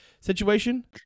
situation